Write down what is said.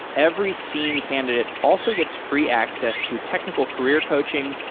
every seen candidate also gets free access to technical career coaching,